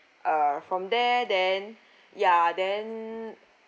err from there then ya then